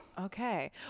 okay